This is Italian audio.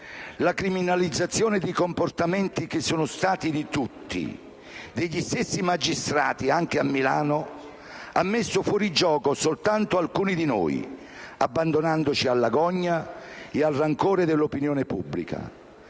La criminalizzazione di comportamenti che sono stati di tutti, degli stessi magistrati, anche a Milano, ha messo fuori gioco soltanto alcuni di noi, abbandonandoci alla gogna e al rancore dell'opinione pubblica.